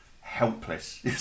helpless